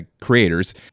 creators